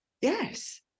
yes